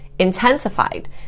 intensified